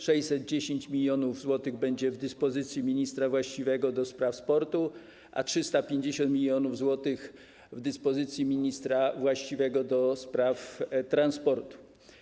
610 mln zł będzie w dyspozycji ministra właściwego ds. sportu, a 350 mln zł w dyspozycji ministra właściwego ds. transportu.